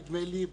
נדמה לי,